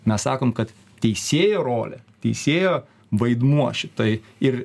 mes sakom kad teisėjo rolė teisėjo vaidmuo šitai ir